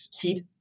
heat